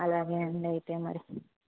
అలాగే అండి అయితే మరి